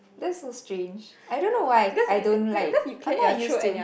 that's so strange I don't know why I don't like I am not used to